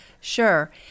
Sure